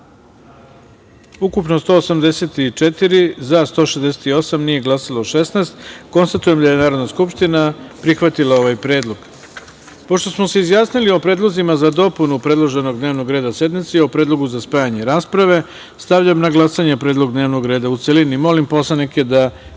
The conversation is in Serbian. ukupno – 184, za – 168, nije glasalo – 16.Konstatujem da je Narodna skupština prihvatila ovaj predlog. Pošto smo se izjasnili o predlozima za dopunu predloženog dnevnog reda sednice i o predlogu za spajanje rasprave, stavljam na glasanje predlog dnevnog reda u celini. Molim